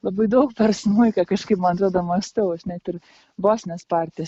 labai daug per smuiką kažkaip man atrodo mąstau aš net ir bosinės partijas